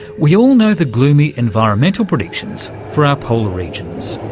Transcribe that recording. we all know the gloomy environmental predictions for our polar regions.